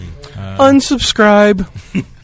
Unsubscribe